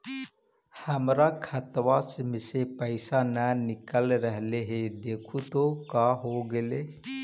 हमर खतवा से पैसा न निकल रहले हे देखु तो का होगेले?